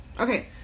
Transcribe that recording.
okay